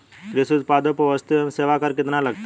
कृषि उत्पादों पर वस्तु एवं सेवा कर कितना लगता है?